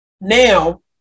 Now